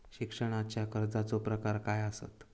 शिक्षणाच्या कर्जाचो प्रकार काय आसत?